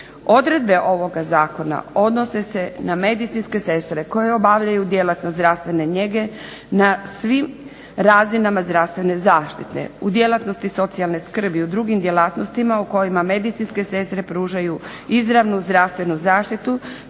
Odredbe ovoga Zakona odnose se na medicinske sestre koje obavljaju djelatnost medicinske njege na svim razinama zdravstvene zaštite, u djelatnosti socijalne skrbi u drugim djelatnostima u kojima medicinske sestre pružaju izravnu zdravstvenu zaštitu